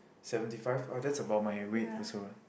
seventy five uh that's about my weight also